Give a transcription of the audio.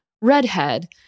Redhead